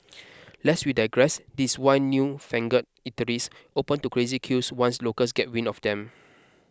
lest we digress this why newfangled eateries open to crazy queues once locals get wind of them